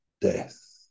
death